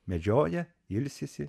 medžioja ilsisi